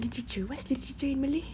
literature what's literature in malay